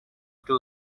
two